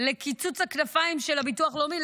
לקיצוץ הכנפיים של הביטוח הלאומי.